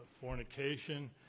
fornication